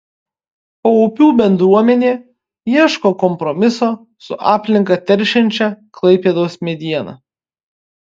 paupių bendruomenė ieško kompromiso su aplinką teršiančia klaipėdos mediena